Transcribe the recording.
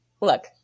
Look